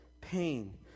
Pain